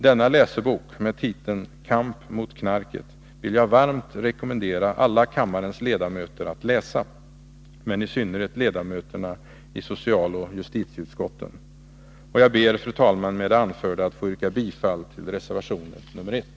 Denna läsebok — med titeln Kamp mot knarket — vill jag varmt rekommendera alla kammarens ledamöter att läsa — men i synnerhet ledamöterna i socialoch justitieutskotten. Jag ber, fru talman, med det anförda att få yrka bifall till reservationen nr 1.